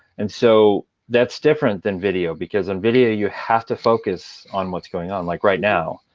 and so that's different than video. because in video, you have to focus on what's going on like right now.